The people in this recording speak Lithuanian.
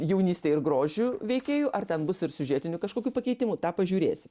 jaunyste ir grožiu veikėjų ar ten bus ir siužetinių kažkokių pakeitimų tą pažiūrėsi